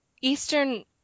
Eastern